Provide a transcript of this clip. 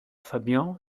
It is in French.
fabian